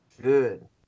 Good